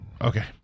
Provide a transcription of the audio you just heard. Okay